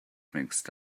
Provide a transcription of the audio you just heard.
mixed